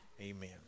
Amen